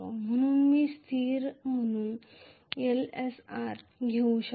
म्हणूनच मी स्थिर म्हणून Lsr घेऊ शकतो